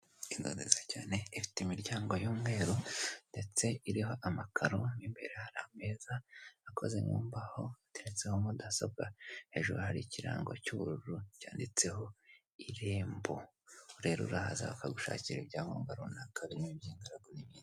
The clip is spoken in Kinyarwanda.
Inzu nziza cyane ifite imiryango y'umweru ndetse iriho amakaro n'imbere hari ameza akoze mumbaho hateretseho mudasobwa ejo hari ikirango cy'ubururu cyanditseho irembo urerura hazapfa gushakira ibyangombwa runaka bi by'ingaragu n'ibindi.